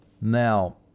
Now